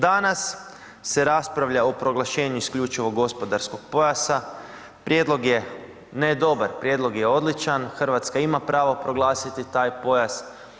Danas se raspravlja o proglašenju isključivog gospodarskog pojasa, prijedlog je ne dobar, prijedlog je odličan, Hrvatska ima pravo proglasiti taj pojas.